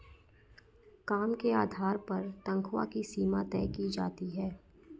काम के आधार पर तन्ख्वाह की सीमा तय की जाती है